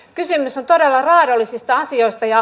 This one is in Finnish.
pisin sota ja raadollisista asioista ja